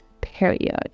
period